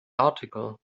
article